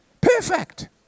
Perfect